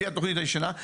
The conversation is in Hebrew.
לפי התוכנית הישנה,